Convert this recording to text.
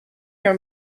your